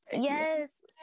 Yes